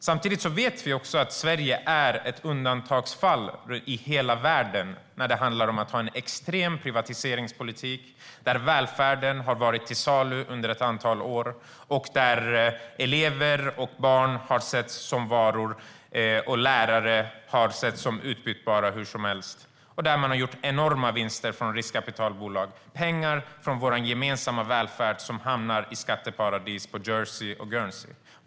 Samtidigt vet vi att Sverige är ett undantagsfall i hela världen när det handlar om att ha en extrem privatiseringspolitik, där välfärden har varit till salu under ett antal år, där elever och barn har setts som varor och där lärare har setts som utbytbara hur som helst. Där har riskkapitalbolag gjort enorma vinster. Det är pengar från vår gemensamma välfärd som hamnar i skatteparadis på Jersey och Guernsey.